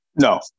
No